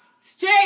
Stay